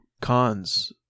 cons